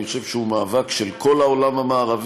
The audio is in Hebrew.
אני חושב שהוא מאבק של כל העולם המערבי,